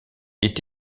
est